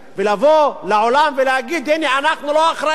ולבוא לעולם ולהגיד: הנה, אנחנו לא אחראים.